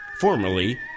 formerly